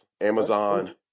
Amazon